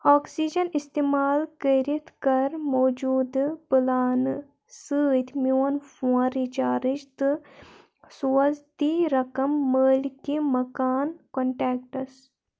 oxygen استعمال کٔرِتھ کَر موٗجوٗدٕ پلانہٕ سۭتۍ میون فون رچارٕج تہٕ سوز تی رقم مٲلکہِ مَکان کنٹیکٹَس